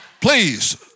Please